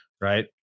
Right